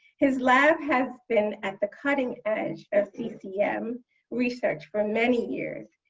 his lab has been at the cutting edge of ccm research for many years,